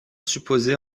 supposé